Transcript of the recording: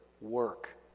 work